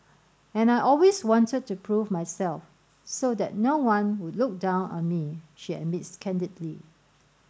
and I always wanted to prove myself so that no one would look down on me she admits candidly